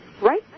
right